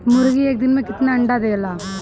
मुर्गी एक दिन मे कितना अंडा देला?